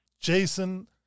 Jason